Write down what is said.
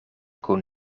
kun